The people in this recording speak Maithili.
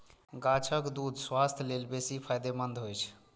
गाछक दूछ स्वास्थ्य लेल बेसी फायदेमंद होइ छै